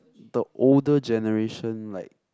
the older generation like